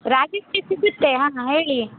ರಾಗಿ ರೊಟ್ಟಿ ಸಿಗುತ್ತೆ ಹಾಂ ಹೇಳಿ